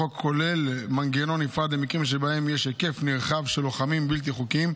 החוק כולל מנגנון נפרד למקרים שבהם יש היקף נרחב של לוחמים בלתי חוקיים.